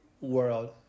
world